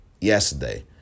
yesterday